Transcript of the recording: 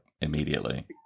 immediately